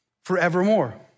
forevermore